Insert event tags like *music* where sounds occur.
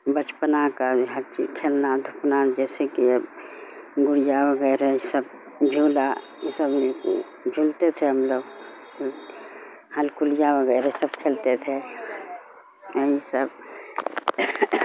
بچپنا کا ہر چیز کھیلنا دھپنا جیسے کہ گڑیا وغیرہ سب جھولا یہ سب جھلتے تھے ہم لوگ *unintelligible* وغیرہ سب کھیلتے تھے یہی سب